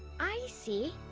i see.